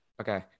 Okay